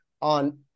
On